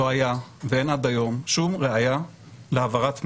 לא היה ואין עד היום, שום ראיה להעברת מידע.